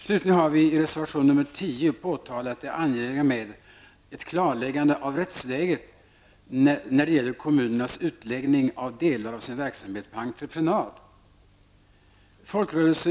Slutligen har vi i reservation nr 10 påtalat det angelägna i ett klarläggande av rättsläget när det gäller kommunernas utläggning av delar av sin verksamhet på entreprenad.